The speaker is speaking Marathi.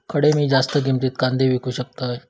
खडे मी जास्त किमतीत कांदे विकू शकतय?